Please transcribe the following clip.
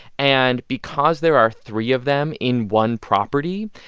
and because there are three of them in one property,